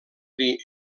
dir